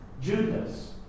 Judas